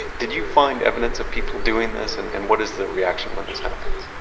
did you find evidence of people doing this and and what is the reaction when this happens?